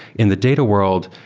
in the data world,